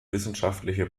wissenschaftliche